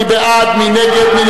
מי בעד, מי נגד, מי